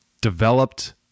developed